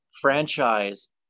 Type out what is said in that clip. franchise